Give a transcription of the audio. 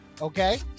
okay